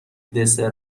دسر